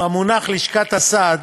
המונח "לשכת הסעד"